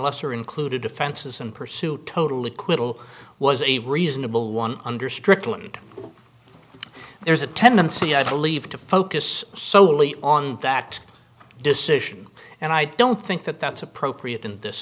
lesser included offenses in pursuit total acquittal was a reasonable one under strickland there's a tendency i believe to focus solely on that decision and i don't think that that's appropriate in this